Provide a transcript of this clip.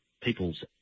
people's